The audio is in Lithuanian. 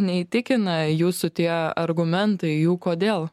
neįtikina jūsų tie argumentai jų kodėl